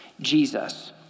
Jesus